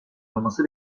olması